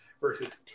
versus